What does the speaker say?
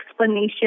explanation